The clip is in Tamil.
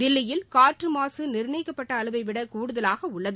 தில்லியில் காற்று மாசு நிர்ணயிக்கப்பட்ட அளவை விட கூடுதலாக உள்ளது